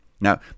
Now